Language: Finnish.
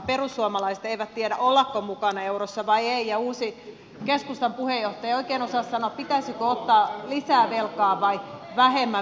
perussuomalaiset eivät tiedä ollako mukana eurossa vai ei ja uusi keskustan puheenjohtaja ei oikein osaa sanoa pitäisikö ottaa lisää velkaa vai vähemmän velkaantua